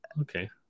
okay